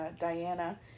diana